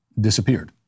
disappeared